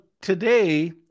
today